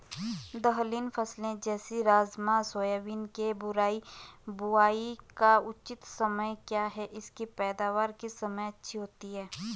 दलहनी फसलें जैसे राजमा सोयाबीन के बुआई का उचित समय क्या है इसकी पैदावार किस समय अच्छी होती है?